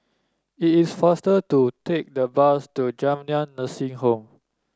it is faster to take the bus to Jamiyah Nursing Home